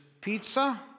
pizza